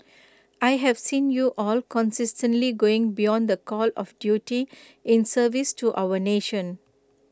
I have seen you all consistently going beyond the call of duty in service to our nation